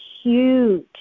huge